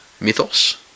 mythos